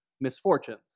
misfortunes